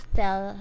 tell